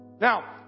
Now